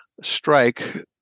strike